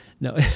No